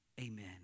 Amen